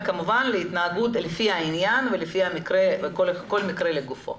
להתנהג לפי העניין ולפי המקרה כאשר כל מקרה לגופו.